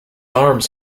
arms